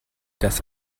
dass